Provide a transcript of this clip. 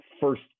first